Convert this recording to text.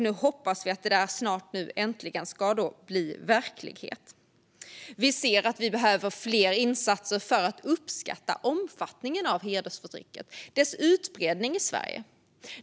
Nu hoppas vi att detta snart ska bli verklighet. Vi ser att vi behöver fler insatser för att uppskatta hedersförtryckets utbredning i Sverige.